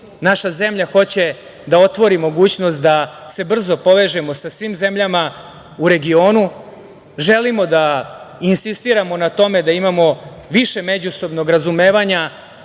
Naša zemlja hoće da otvori mogućnost da se brzo povežemo sa svim zemljama u regionu. Želimo da i insistiramo na tome da imamo više međusobnog razumevanja